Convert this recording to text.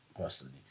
Personally